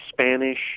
Spanish